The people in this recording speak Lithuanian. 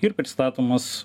ir pristatomas